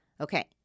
Okay